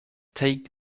take